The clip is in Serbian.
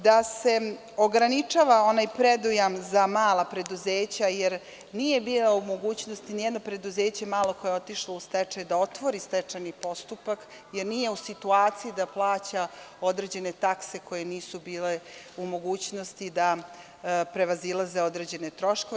Da se ograničava onaj predujam za mala preduzeća jer, nije bilo u mogućnosti nijedno preduzeće malo koje je otišlo u stečaj da otvori stečajni postupak, jer nije u situaciji da plaća određene takse koje nisu bile u mogućnosti da prevazilaze određene troškove.